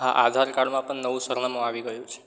હા આધાર કાર્ડમાં પણ નવું સરનામું આવી ગયું છે